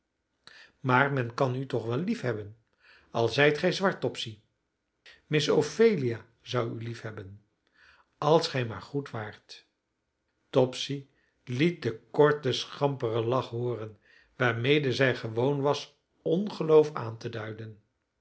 maar men kan u toch wel liefhebben al zijt gij zwart topsy miss ophelia zou u liefhebben als gij maar goed waart topsy liet den korten schamperen lach hooren waarmede zij gewoon was ongeloof aan te duiden